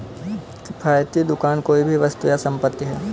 किफ़ायती दुकान कोई भी वस्तु या संपत्ति है